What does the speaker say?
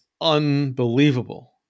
unbelievable